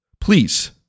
please